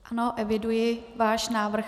Ano, eviduji váš návrh.